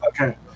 okay